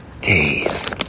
days